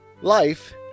Life